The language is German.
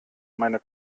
meine